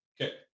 Okay